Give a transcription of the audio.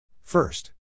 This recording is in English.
first